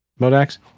Modax